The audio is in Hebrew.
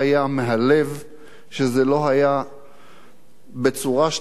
שלא היה בצורה שאתה מסוגל להתמודד אתה.